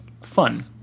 fun